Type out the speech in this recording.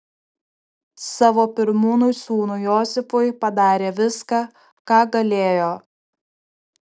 savo pirmūnui sūnui josifui padarė viską ką galėjo